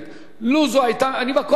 אני בקואליציה,